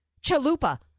Chalupa